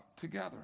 together